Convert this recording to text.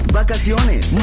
vacaciones